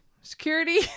security